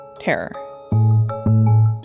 Terror